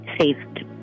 saved